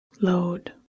load